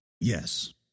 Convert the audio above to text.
Yes